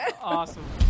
Awesome